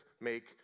make